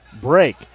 break